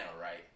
right